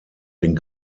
den